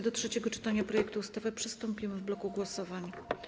Do trzeciego czytania projektu ustawy przystąpimy w bloku głosowań.